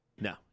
No